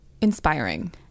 inspiring